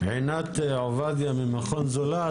עינת עובדיה ממכון זולת.